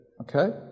Okay